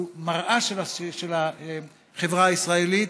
הוא מראָה של החברה הישראלית,